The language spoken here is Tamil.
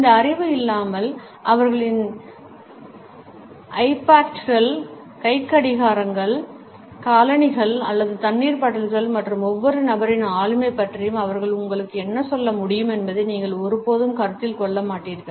இந்த அறிவு இல்லாமல் அவர்களின் ஐபாட்கள் கைக்கடிகாரங்கள் காலணிகள் அல்லது தண்ணீர் பாட்டில்கள் மற்றும் ஒவ்வொரு நபரின் ஆளுமை பற்றியும் அவர்கள் உங்களுக்கு என்ன சொல்ல முடியும் என்பதை நீங்கள் ஒருபோதும் கருத்தில் கொள்ள மாட்டீர்கள்